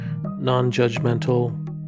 non-judgmental